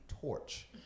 Torch